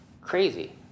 crazy